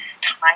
time